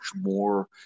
more